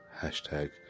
Hashtag